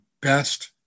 best